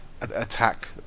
attack